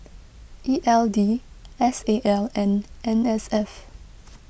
E L D S A L and N S F